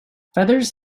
feathers